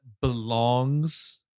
belongs